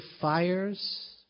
fires